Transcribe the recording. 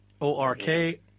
O-R-K